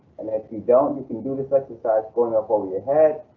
and if you don't, you can do this exercise going up over your head.